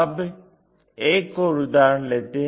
अब एक और उदाहरण लेते हैं